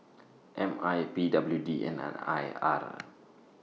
M I P W D and An I R